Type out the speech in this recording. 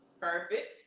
perfect